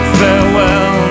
farewell